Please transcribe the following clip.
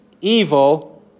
evil